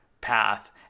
path